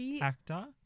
actor